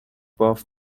باف